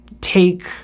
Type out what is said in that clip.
take